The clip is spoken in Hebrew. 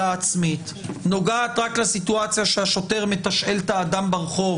עצמית נוגעת רק לסיטואציה שהשוטר מתשאל את האדם ברחוב